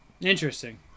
Interesting